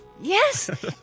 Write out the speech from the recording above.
Yes